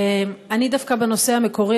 אני דווקא בנושא המקורי.